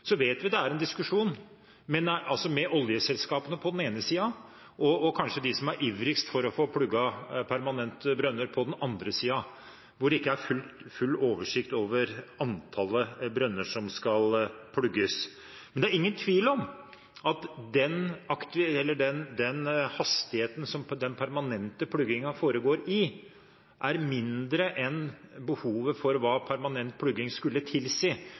vet det er en diskusjon med oljeselskapene på den ene siden og kanskje dem som er ivrigst for å få plugget brønner permanent på den andre siden, hvor det ikke er full oversikt over antallet brønner som skal plugges. Men det er ingen tvil om at den hastigheten som den permanente pluggingen foregår i, er mindre enn hva behovet for permanent plugging skulle tilsi,